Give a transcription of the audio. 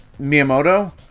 Miyamoto